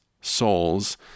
souls